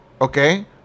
okay